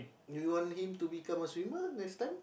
do you want him to become a swimmer next time